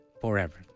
forever